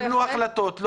שיתקבלו החלטות,